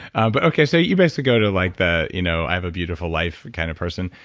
ah but okay, so you basically go to like the, you know i have a beautiful life, kind of person.